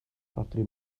rhodri